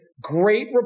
great